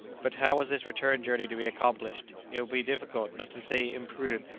but how was this return journey to be accomplished? it would be difficult, not to say imprudent,